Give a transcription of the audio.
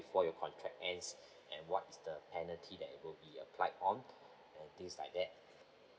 before your contract ends and what is the penalty that will be applied on and things like that